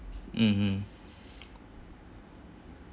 mm mm